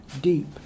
deep